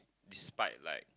despite like